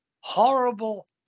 horrible